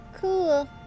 Cool